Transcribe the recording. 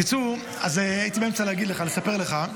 בקיצור, אז הייתי באמצע לספר לך,